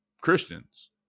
Christians